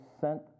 sent